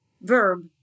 verb